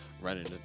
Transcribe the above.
running